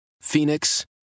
Phoenix